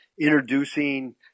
introducing